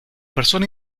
persona